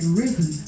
risen